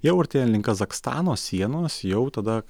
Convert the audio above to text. jau artėjant link kazachstano sienos jau tada